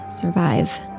survive